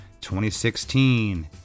2016